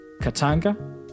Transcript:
Katanga